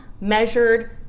measured